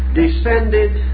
descended